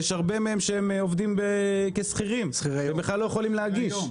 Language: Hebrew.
הרבה מהם עובדים כשכירים ובכלל לא יכולים להגיש.